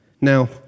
Now